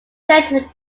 judgement